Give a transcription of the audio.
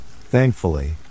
Thankfully